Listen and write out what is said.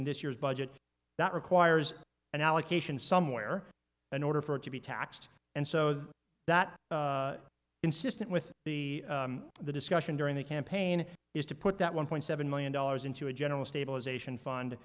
in this year's budget that requires an allocation somewhere in order for it to be taxed and so that consistent with the the discussion during the campaign is to put that one point seven million dollars into a general stabilization fund